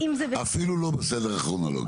אפילו לא בסדר הכרונולוגי.